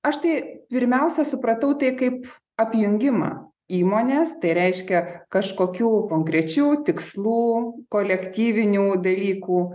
aš tai pirmiausia supratau tai kaip apjungimą įmonės tai reiškia kažkokių konkrečių tikslų kolektyvinių dalykų